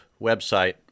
website